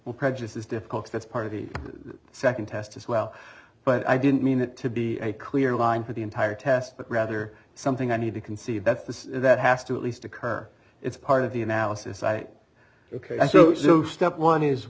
and prejudice is difficult that's part of the second test as well but i didn't mean it to be a clear line for the entire test but rather something i need to concede that the that has to at least occur it's part of the analysis i do step one is